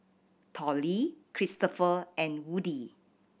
Tollie Christoper and Woody